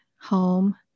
home